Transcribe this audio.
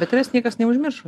bet tavęs niekas neužmiršo